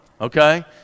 okay